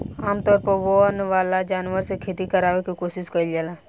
आमतौर पर वन वाला जानवर से खेती करावे के कोशिस कईल जाला